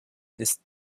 ist